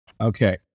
Okay